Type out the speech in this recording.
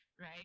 right